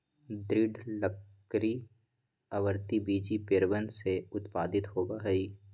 दृढ़ लकड़ी आवृतबीजी पेड़वन से उत्पादित होबा हई